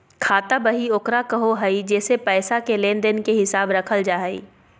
खाता बही ओकरा कहो हइ जेसे पैसा के लेन देन के हिसाब रखल जा हइ